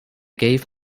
gave